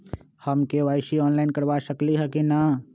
हम KYC online करवा सकली ह कि न?